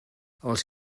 els